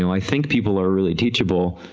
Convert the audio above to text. i think people are really teachable,